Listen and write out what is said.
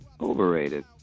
overrated